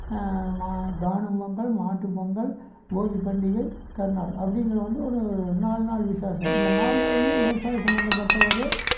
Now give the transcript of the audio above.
மா காணும் பொங்கல் மாட்டுப்பொங்கல் போகிப்பண்டிகை கரிநாள் அப்படிங்குறது வந்து நாலு நாள் விசேஷம் இந்த நாலு நாளுமே விவசாயம் சம்மந்தப்பட்ட ஒரு